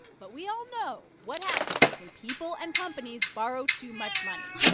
but we all know what happens when people and companies borrow too much money.